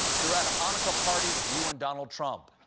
they're at a hanukkah party with you and donald trump.